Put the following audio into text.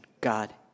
God